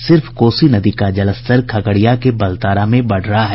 सिर्फ कोसी नदी का जलस्तर खगड़िया के बलतारा में बढ़ रहा है